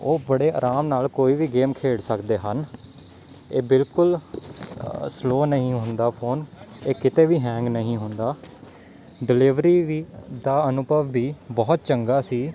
ਉਹ ਬੜੇ ਆਰਾਮ ਨਾਲ ਕੋਈ ਵੀ ਗੇਮ ਖੇਡ ਸਕਦੇ ਹਨ ਇਹ ਬਿਲਕੁਲ ਅ ਸਲੋ ਨਹੀਂ ਹੁੰਦਾ ਫੋਨ ਇਹ ਕਿਤੇ ਵੀ ਹੈਂਗ ਨਹੀਂ ਹੁੰਦਾ ਡਿਲੀਵਰੀ ਵੀ ਦਾ ਅਨੁਭਵ ਵੀ ਬਹੁਤ ਚੰਗਾ ਸੀ